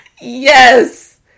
Yes